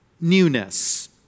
newness